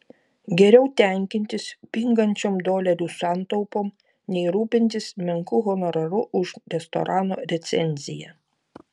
geriau tenkintis pingančiom dolerių santaupom nei rūpintis menku honoraru už restorano recenziją